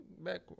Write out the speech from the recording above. back